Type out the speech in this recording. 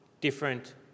different